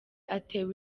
atewe